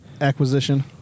acquisition